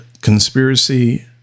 conspiracy